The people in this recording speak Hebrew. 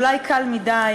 אולי קל מדי,